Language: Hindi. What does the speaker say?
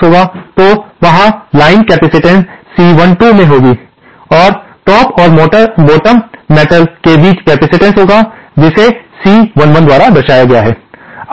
तो वहाँ लाइन कैपेसिटेंस C12 में होगी और टॉप मेटल और बॉटम मेटल के बीच कैपेसिटेंस होगी जिसे C11 द्वारा दर्शाया गया है